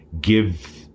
give –